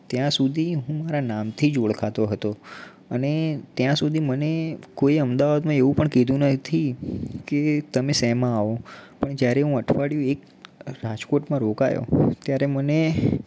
ત્યાં સુધી હું મારા નામથી જ ઓળખાતો હતો અને ત્યાં સુધી મને કોઈએ અમદાવાદમાં એવું પણ કીધું નથી કે તમે શેમાં આવો પણ જયારે હું અઠવાડિયું એક રાજકોટમાં રોકાયો ત્યારે મને